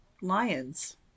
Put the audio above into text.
lions